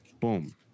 Boom